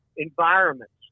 environments